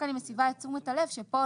אני מסבה את תשומת הלב שכאן